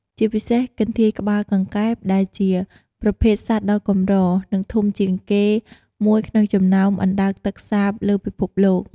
ជាពិសេស កន្ធាយក្បាលកង្កែបដែលជាប្រភេទសត្វដ៏កម្រ និងធំជាងគេមួយក្នុងចំណោមអណ្ដើកទឹកសាបលើពិភពលោក ។